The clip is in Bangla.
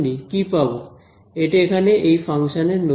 এটা এখানে এই ফাংশনের নতি